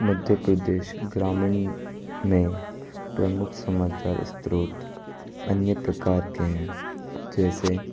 मध्य प्रदेश ग्रामीण में प्रमुख समाचार स्रोत अन्य प्रकार के हैं जैसे